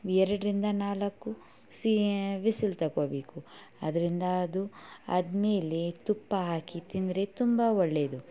ಎರಡರಿಂದ ನಾಲ್ಕು ಸಿ ವಿಸಿಲ್ ತಗೊಬೇಕು ಅದರಿಂದ ಅದು ಆದ್ಮೇಲೆ ತುಪ್ಪ ಹಾಕಿ ತಿಂದರೆ ತುಂಬ ಒಳ್ಳೆಯದು